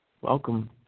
Welcome